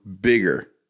bigger